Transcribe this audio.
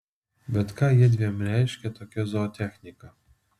bet ką jiedviem reiškia tokia zootechnika